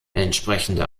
entsprechende